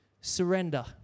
Surrender